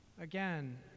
Again